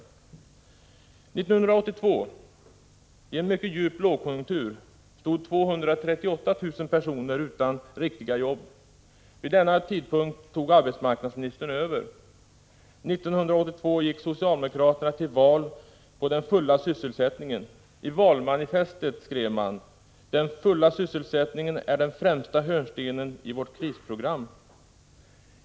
1982, i en mycket djup lågkonjunktur, stod 238 000 personer utan riktiga jobb. Vid denna tidpunkt tog arbetsmarknadsministern över. 1982 gick socialdemokraterna till val på parollen att man skulle slå vakt om den fulla sysselsättningen. I valmanifestet skrev socialdemokraterna: Den fulla sysselsättningen är den främsta hörnstenen i vårt krisprogram.